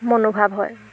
মনোভাৱ হয়